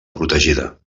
protegida